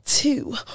Two